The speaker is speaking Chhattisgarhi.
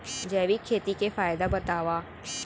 जैविक खेती के फायदा बतावा?